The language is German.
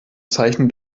zeichnet